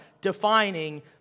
defining